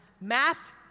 Math